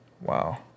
Wow